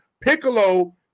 piccolo